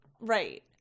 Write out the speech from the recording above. right